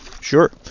sure